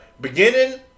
beginning